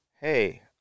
hey